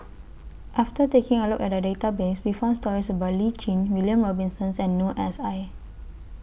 after taking A Look At The Database We found stories about Lee Tjin William Robinson and Noor S I